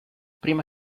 prima